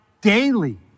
daily